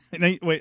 Wait